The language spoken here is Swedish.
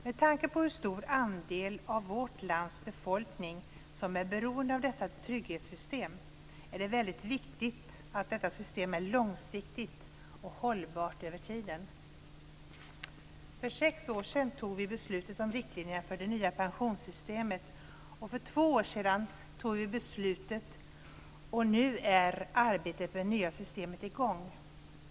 Med tanke på hur stor andel av vårt lands befolkning som är beroende av detta trygghetssystem är det väldigt viktigt att detta system är långsiktigt och hållbart över tiden. För sex år sedan tog vi beslutet om riktlinjerna för det nya pensionssystemet, och för två år sedan tog vi beslutet, och nu är arbetet med det nya systemet i gång.